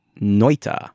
Noita